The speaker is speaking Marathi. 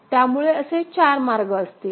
त्यामुळे असे चार मार्ग असतील